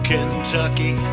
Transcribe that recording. Kentucky